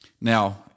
Now